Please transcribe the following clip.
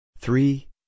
Three